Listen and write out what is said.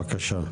בבקשה,